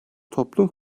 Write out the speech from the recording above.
toplum